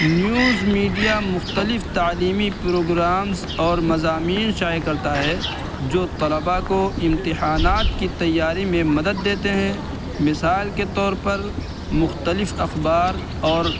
news media مختلف تعلیمی programmes اور مضامین شائع کرتا ہے جو طلباء کو امتحانات کی تیاری میں مدد دیتے ہیں مثال کے طور پر مختلف اخبار اور